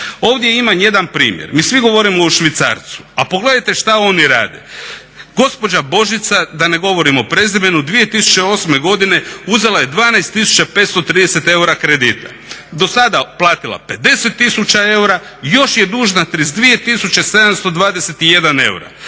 Ovdje imam jedan primjer, mi svi govorimo o švicarcu, a pogledajte što oni rade. Gospođa Božica, da ne govorim o prezimenu, 2008. godine uzela je 12 530 eura kredita. Dosada otplatila 50 tisuća eura i još je dužna 32 721 eura.